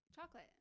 Chocolate